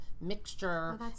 mixture